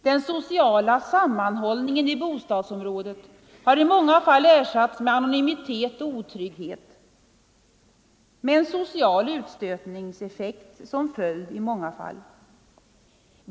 Den sociala sammanhållningen i bostadsområdet har i många fall ersatts med anonymitet och otrygghet — med en social utstötningseffekt som följd.